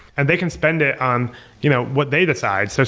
and they can spend it on you know what they decide. so